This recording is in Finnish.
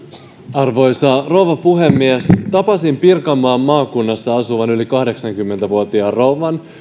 arvoisa rouva puhemies tapasin pirkanmaan maakunnassa asuvan yli kahdeksankymmentä vuotiaan rouvan